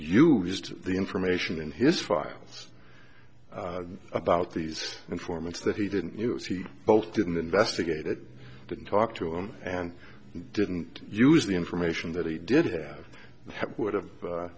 used the information in his files about these informants that he didn't use he both didn't investigate it didn't talk to him and didn't use the information that he did